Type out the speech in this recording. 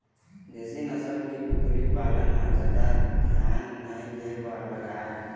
देशी नसल के कुकरी पालन म जादा धियान नइ दे बर लागय